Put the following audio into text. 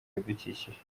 ibidukikije